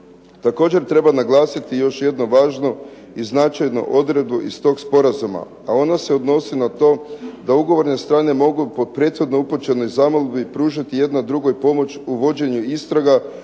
Također treba naglasiti još jednu važnu i značajnu odredbu iz tog sporazuma, a ona se odnosi na to da ugovorne strane mogu po prethodno upućenoj zamolbi pružiti jedna drugoj pomoć u vođenju istraga